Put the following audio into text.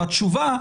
והתשובה,